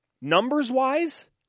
numbers-wise